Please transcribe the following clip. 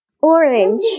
Orange